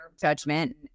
judgment